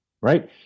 right